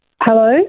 hello